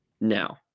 now